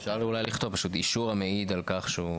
אפשר לכתוב אישור המעיד על כך.